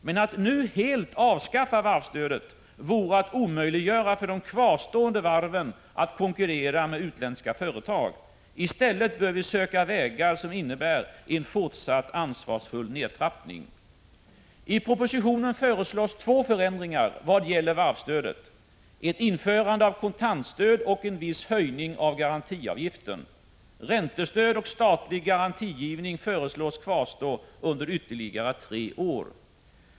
Men att nu helt avskaffa varvsstödet vore att omöjliggöra för de kvarvarande varven att konkurrera med utländska företag. I stället bör vi söka vägar som innebär en fortsatt ansvarsfull nedtrappning. I propositionen föreslås två förändringar vad gäller varvsstödet: ett införande av kontantstöd och en viss höjning av garantiavgiften. Räntestöd och statlig garantigivning föreslås kvarstå under ytterligare tre år.